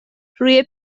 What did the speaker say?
روی